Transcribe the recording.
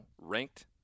ranked